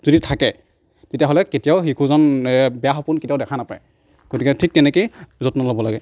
যদি থাকে তেতিয়াহ'লে কেতিয়াও শিশুজন বেয়া সপোন কেতিয়াও দেখা নাপায় গতিকে ঠিক তেনেকৈয়ে যত্ন ল'ব লাগে